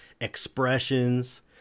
expressions